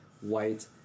white